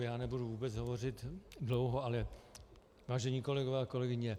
Já nebudu vůbec hovořit dlouho, ale vážení kolegové a kolegyně.